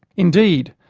indeed,